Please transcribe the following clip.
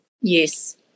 Yes